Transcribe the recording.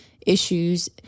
issues